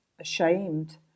ashamed